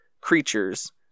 Creatures